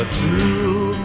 true